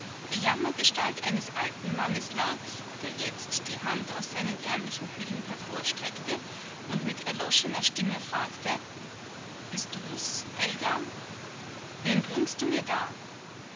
die jammergestalt eines alten mannes lag der jetzt die hand aus seinen ärmlichen hüllen hervorstreckte und mit erloschener stimme fragte bist dus elga wen bringst du mir da